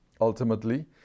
ultimately